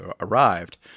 arrived